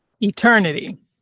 eternity